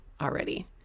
already